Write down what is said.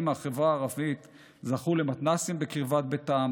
מהחברה הערבית זכו למתנ"סים בקרבת ביתם,